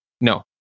No